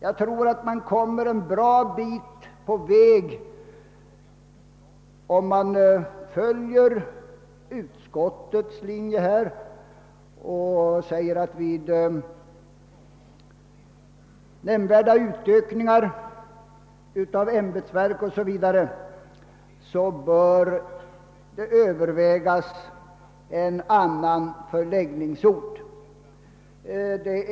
Jag tror att man kommer en bra bit på vägen, om man följer utskottets linje när det säger att vid nämnvärda utökningar av ämbetsverk o. s. v. bör en annan förläggningsort övervägas.